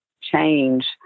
change